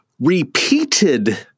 repeated